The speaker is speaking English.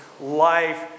life